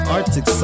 Arctic